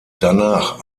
danach